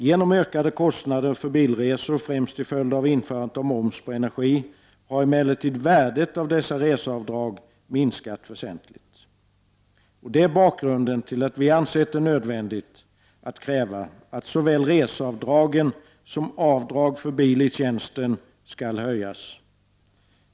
Genom ökade kostnader för bilresor, främst till följd av införande av moms på energi, har emellertid värdet av dessa reseavdrag minskat väsentligt. Det är bakgrunden till att vi ansett det nödvändigt att kräva att såväl reseavdragen som avdragen för bil i tjänsten skall höjas.